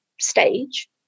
stage